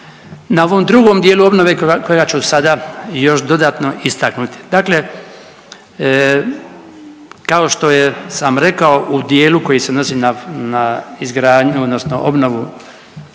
na ovom drugom dijelu obnove koja ću sada i još dodatno istaknuti. Dakle, kao što je sam rekao u dijelu koji se odnosi na izgradnju odnosno obnovu